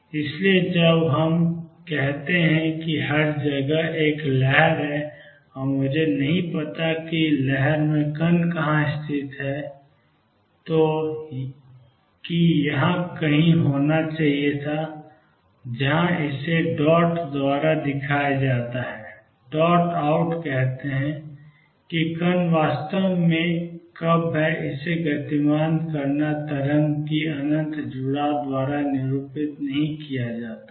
इसलिए जब हम कहते हैं कि हर जगह एक लहर है और मुझे नहीं पता कि कण कहाँ स्थित है जो कि यहाँ कहीं होना चाहिए था जहाँ इसे डॉट द्वारा दिखाया जाता है डॉट आउट कहते हैं कि कण वास्तव में कब है इसे गतिमान करना तरंग की अनंत जुड़ाव द्वारा निरूपित नहीं किया जाता है